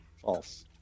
False